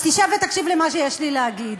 אז תשב ותקשיב למה שיש לי להגיד.